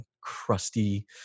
crusty